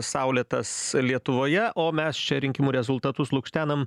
saulėtas lietuvoje o mes čia rinkimų rezultatus lukštenam